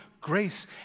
grace